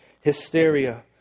hysteria